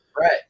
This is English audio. Right